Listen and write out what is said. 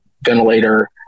ventilator